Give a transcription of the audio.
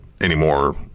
anymore